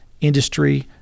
industry